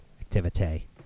Activity